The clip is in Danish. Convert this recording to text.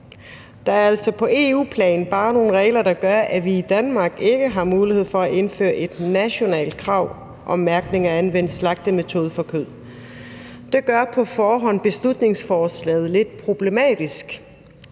der er altså på EU-plan bare nogle regler, der gør, at vi i Danmark ikke har mulighed for at indføre et nationalt krav om mærkning af anvendt slagtemetode for kød, og det gør på forhånd beslutningsforslaget lidt problematisk.